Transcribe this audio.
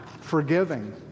forgiving